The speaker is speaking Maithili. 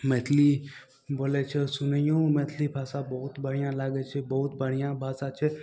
मैथिली बोलय छै आओर सुनैयोमे मैथिली भाषा बहुत बढ़िआँ लागय छै बहुत बढ़िआँ भाषा छै